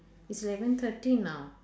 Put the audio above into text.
it's eleven thirty now